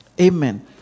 Amen